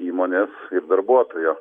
įmonės ir darbuotojo